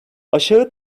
aşağı